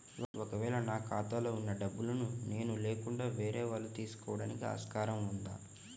ఒక వేళ నా ఖాతాలో వున్న డబ్బులను నేను లేకుండా వేరే వాళ్ళు తీసుకోవడానికి ఆస్కారం ఉందా?